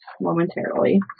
momentarily